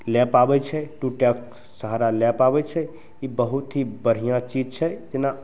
लै पाबै छै टू टेक्स्ट सहारा लै पाबै छै ई बहुत ही बढ़िआँ चीज छै जेना